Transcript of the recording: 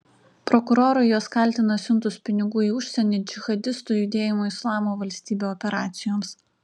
prokurorai juos kaltina siuntus pinigų į užsienį džihadistų judėjimo islamo valstybė operacijoms